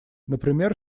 например